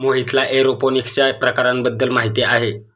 मोहितला एरोपोनिक्सच्या प्रकारांबद्दल माहिती आहे